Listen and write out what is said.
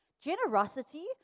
Generosity